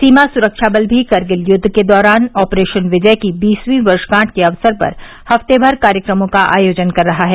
सीमा सुरक्षा बल भी करगिल युद्ध के दौरान ऑपरेशन विजय की बीसवीं वर्षगांठ के अवसर पर हफ्तेमर कार्यक्रमों का आयोजन कर रहा है